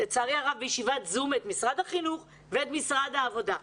לצערי הרב בישיבת זום את משרד החינוך ואת משרד ה עבודה,